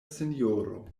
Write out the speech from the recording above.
sinjoro